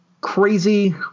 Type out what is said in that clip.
crazy